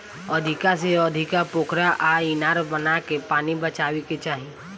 अधिका से अधिका पोखरा आ इनार बनाके पानी बचावे के चाही